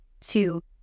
two